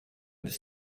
this